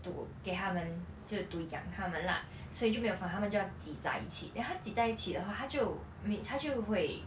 to 给他们自渡倚讲他们 lah 所以就没有把他们这样挤在一起 then 他挤在一起的话他就没他就会